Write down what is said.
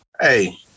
hey